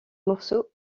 morceau